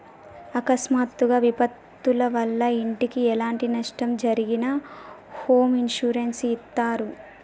అకస్మాత్తుగా విపత్తుల వల్ల ఇంటికి ఎలాంటి నష్టం జరిగినా హోమ్ ఇన్సూరెన్స్ ఇత్తారు